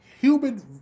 human